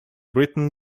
britain